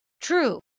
true